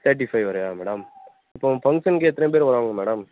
thirty five வரையா madam இப்போது ஃபங்க்ஷனுக்கு எத்தனை பேர் வறாங்க மேடம்